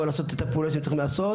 או לעשות את הפעולות שהם צריכים לעשות,